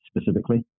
specifically